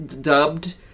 dubbed